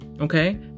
okay